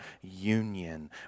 union